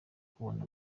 kubona